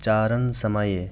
चारणसमये